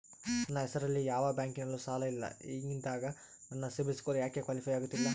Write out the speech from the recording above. ನನ್ನ ಹೆಸರಲ್ಲಿ ಯಾವ ಬ್ಯಾಂಕಿನಲ್ಲೂ ಸಾಲ ಇಲ್ಲ ಹಿಂಗಿದ್ದಾಗ ನನ್ನ ಸಿಬಿಲ್ ಸ್ಕೋರ್ ಯಾಕೆ ಕ್ವಾಲಿಫೈ ಆಗುತ್ತಿಲ್ಲ?